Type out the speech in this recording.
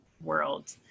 world